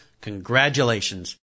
congratulations